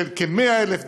של כ-100,000 דירות,